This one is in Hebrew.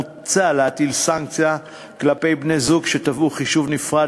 מוצע להטיל סנקציה על בני-זוג שתבעו חישוב נפרד